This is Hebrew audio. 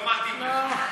לא מתאים לך.